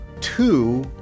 two